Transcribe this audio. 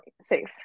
safe